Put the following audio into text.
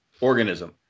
organism